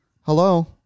Hello